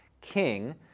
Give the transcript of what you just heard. king